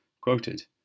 quoted